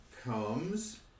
comes